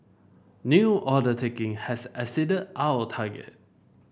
new order taking has exceeded our target